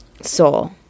soul